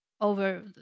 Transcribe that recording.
over